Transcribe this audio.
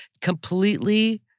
completely